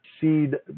seed